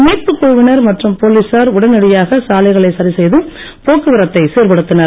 மீட்புக் குழுவினர் மற்றும் போலீசார் உடனடியாக சாலைகளை சரிசெய்து போக்குவரத்தை சீர்படுத்தினர்